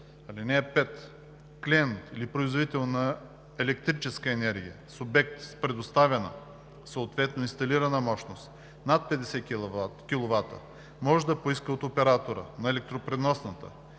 5: „(5) Клиент или производител на електрическа енергия с обект с предоставена, съответно инсталирана мощност над 50 kW може да поиска от оператора на електропреносната